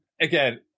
again